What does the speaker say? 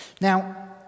Now